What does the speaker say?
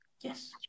Yes